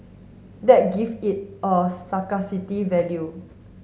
that give it a scarcity value